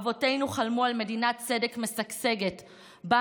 אבותינו חלמו על מדינת צדק משגשגת שבה